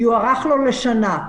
יוארך לו לשנה.